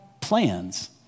plans